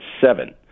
seven